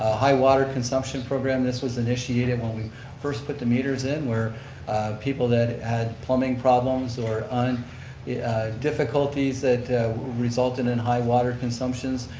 ah high-water consumption program. this was initiated when we first put the meters in where people that had plumbing problems or difficulties that resulted in high water consumptions,